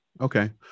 Okay